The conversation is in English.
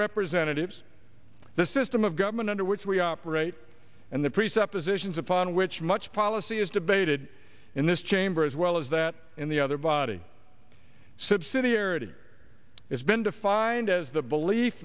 representatives of the system of government under which we operate and the presuppositions upon which much policy is debated in this chamber as well as that in the other body subsidiarity has been defined as the belief